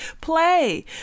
play